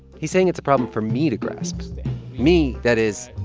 he's saying it's a problem for me to grasp me, that is,